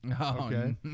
Okay